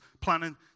planning